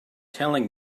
telling